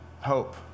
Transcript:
Hope